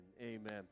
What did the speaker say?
Amen